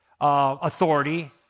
authority